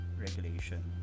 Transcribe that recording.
regulation